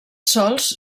sòls